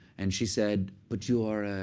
and she said, but you are, ah,